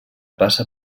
passa